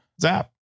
zap